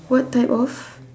what type of